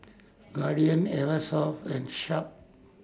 Guardian Eversoft and Sharp